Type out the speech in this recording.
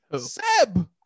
Seb